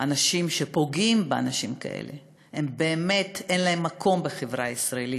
שאנשים שפוגעים באנשים כאלה באמת אין להם מקום בחברה הישראלית,